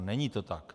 Není to tak.